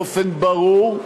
באופן ברור,